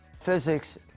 Physics